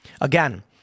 Again